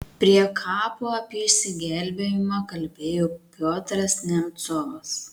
prie kapo apie išsigelbėjimą kalbėjo piotras nemcovas